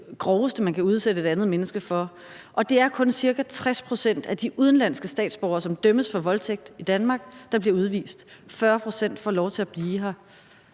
noget af det groveste, man kan udsætte et andet menneske for, og det er kun ca. 60 pct. af de udenlandske statsborgere, som dømmes for voldtægt i Danmark, der bliver udvist – 40 pct. får lov til at blive her.